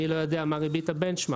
אני לא יודע מה ריבית הבנצ'מרק,